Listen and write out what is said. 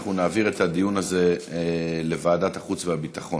אנחנו נעביר את הדיון הזה לוועדת החוץ והביטחון.